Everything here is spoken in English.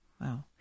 Wow